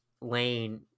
Lane